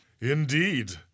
Indeed